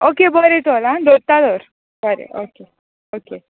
okay बोरें चोल हां दोत्ता तोर बरें ओके ओके